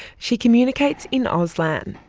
she communicates in auslan,